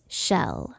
shell